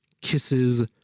kisses